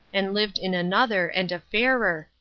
and lived in another and a fairer,